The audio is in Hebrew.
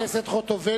חברת הכנסת חוטובלי,